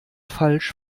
falsch